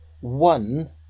one